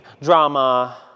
drama